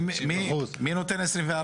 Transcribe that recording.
מי נותן עשרים וארבע?